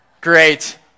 Great